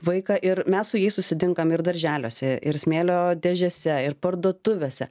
vaiką ir mes su jais susitinkam ir darželiuose ir smėlio dėžėse ir parduotuvėse